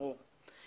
ברור.